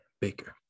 Baker